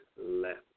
left